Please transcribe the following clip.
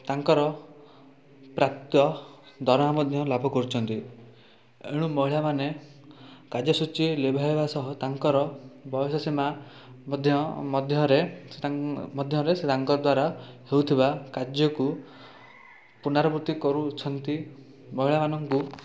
ତାଙ୍କର ପ୍ରାପ୍ୟ ଦରମା ମଧ୍ୟ ଲାଭ କରୁଛନ୍ତି ଏଣୁ ମହିଳାମାନେ କାର୍ଯ୍ୟସୂଚୀ ଲିଭେଇବା ସହ ତାଙ୍କର ବୟସ ସୀମା ମଧ୍ୟ ମଧ୍ୟରେ ତାଙ୍କ ମଧ୍ୟରେ ତାଙ୍କ ଦ୍ୱାରା ହେଉଥିବା କାର୍ଯ୍ୟକୁ ପୁନରାବୃତ୍ତି କରୁଛନ୍ତି ମହିଳାମାନଙ୍କୁ